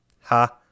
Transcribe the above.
ha